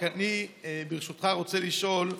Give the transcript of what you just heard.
אני ברשותך רוצה לשאול: